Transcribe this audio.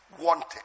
wanted